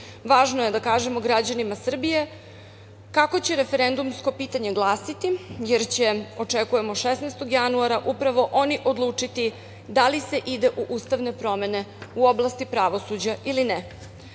je da kažemo građanima Srbije kako će referendumsko pitanje glasiti, jer će, očekujemo 16. januara, upravo oni odlučiti da li se ide u ustavne promene u oblasti pravosuđa ili